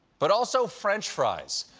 but also french fries!